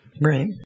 Right